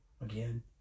Again